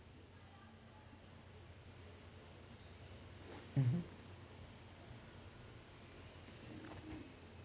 mmhmm